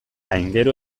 aingeru